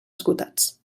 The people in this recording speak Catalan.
esgotats